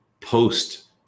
post